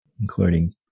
including